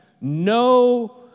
no